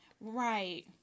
Right